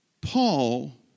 Paul